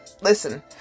Listen